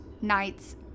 nights